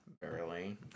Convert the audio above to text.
barely